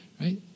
Right